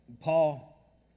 Paul